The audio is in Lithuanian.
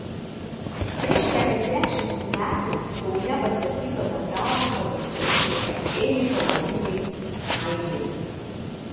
prieš keliasdešimt metų kaune pastatyto bendrabučio konstrukcijos ėmė pavojingai aižėti